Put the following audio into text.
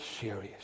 serious